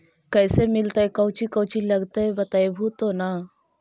कैसे मिलतय कौची कौची लगतय बतैबहू तो न?